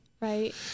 right